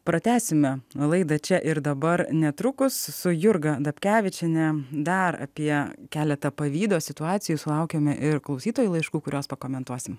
pratęsime laida čia ir dabar netrukus su jurga dapkevičiene dar apie keletą pavydo situacijų sulaukiame ir klausytojų laiškų kuriuos pakomentuosime